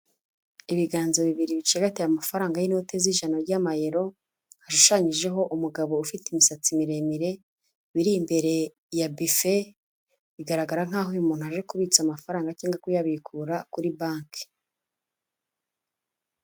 Ibiganza bibiri bicegataye amafaranga y'inote z'ijana ry'Amayero, hashushanyijeho umugabo ufite imisatsi miremire, biri imbere ya bife, bigaragara nk'aho uyu umuntu aje kubitsa amafaranga cyangwa kuyabikura kuri banki.